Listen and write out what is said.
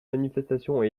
manifestations